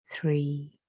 three